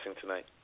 tonight